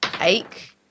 ache